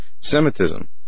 Semitism